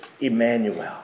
Emmanuel